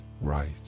right